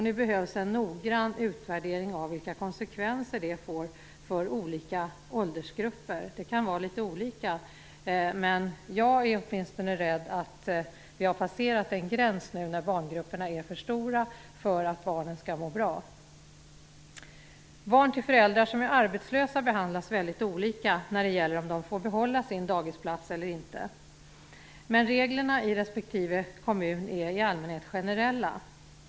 Nu behövs en noggrann utvärdering av vilka konsekvenser det får för olika åldersgrupper. Det kan vara litet olika. Jag är åtminstone rädd för att vi har passerat en gräns där barngrupperna är för stora för att barnen skall må bra. Barn till föräldrar som är arbetslösa behandlas väldigt olika när det gäller frågan om de får behålla sin dagisplats eller inte. Men reglerna i respektive kommun är i allmänhet generella.